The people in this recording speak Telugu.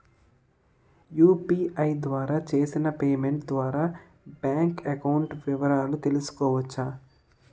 యు.పి.ఐ ద్వారా చేసిన పేమెంట్ ద్వారా బ్యాంక్ అకౌంట్ వివరాలు తెలుసుకోవచ్చ?